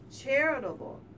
charitable